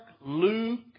Luke